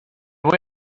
voy